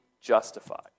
justified